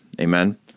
Amen